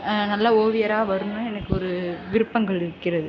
நல்ல ஓவியராக வருணுன்னு எனக்கு ஒரு விருப்பங்கள் இருக்கிறது